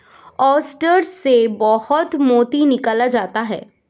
oyster से बहुत मोती निकाला जाता है